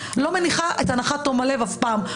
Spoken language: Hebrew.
לא מניחה את הנחת תום הלב אף פעם,